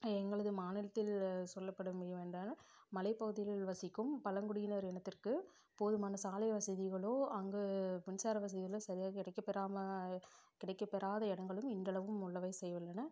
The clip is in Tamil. எங்களது மாநிலத்தில் சொல்லப்படும் இதுவென்றால் மலைப் பகுதிகளில் வசிக்கும் பழங்குடியினர் இனத்திற்கு போதுமான சாலை வசதிகளோ அங்கு மின்சார வசதிகளோ சரியாக கிடைக்கப் பெறாமல் கிடைக்கப் பெறாத இடங்களும் இன்றளவும் உள்ளவே செய்கின்றன